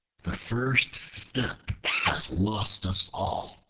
the first step has lost us all.